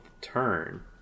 turn